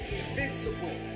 invincible